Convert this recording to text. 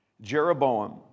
Jeroboam